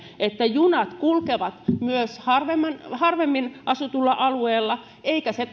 että junat kulkevat myös harvemmin harvemmin asutuilla alueilla eikä se